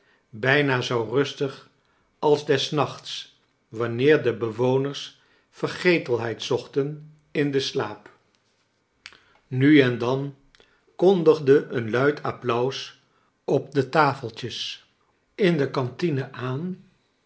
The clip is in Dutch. bijna zoo rustig als des nachts wanneer de bewoners verge telheid zochten in den slaap nu en dan kondigde een luid applans op de tafeltjes in de cantine aan